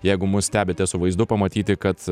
jeigu mus stebite su vaizdu pamatyti kad